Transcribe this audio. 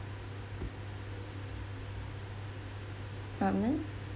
ramen